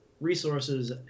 resources